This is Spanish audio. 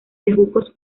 bejucos